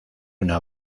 una